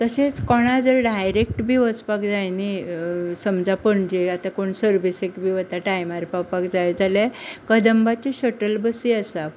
तशेच कोणाक जर डायरेक्ट बी वचपाक जाय न्ही समजा पणजे आता कोण सर्विसेक बी वता टायमार पावपाक जाय जाल्यार कादंबाच्यो शटल बसी आसात